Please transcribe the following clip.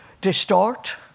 distort